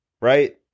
Right